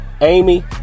Amy